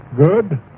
good